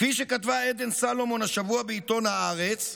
כפי שכתבה עדן סלומון השבוע בעיתון הארץ,